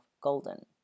golden